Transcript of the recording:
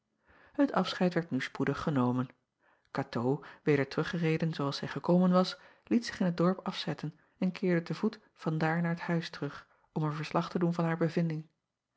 et afscheid werd nu spoedig genomen atoo weder teruggereden zoo als zij gekomen was liet zich in t dorp afzetten en keerde te voet vandaar naar t uis terug om er verslag te doen van haar bevinding